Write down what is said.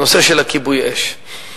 הנושא של כיבוי האש.